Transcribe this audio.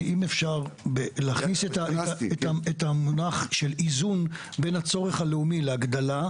אם אפשר להכניס את המונח של איזון בין הצורך הלאומי להגדלה,